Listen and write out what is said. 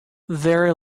very